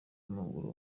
w’amaguru